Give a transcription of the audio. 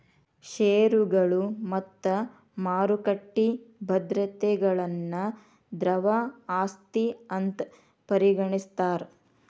ಷೇರುಗಳು ಮತ್ತ ಮಾರುಕಟ್ಟಿ ಭದ್ರತೆಗಳನ್ನ ದ್ರವ ಆಸ್ತಿ ಅಂತ್ ಪರಿಗಣಿಸ್ತಾರ್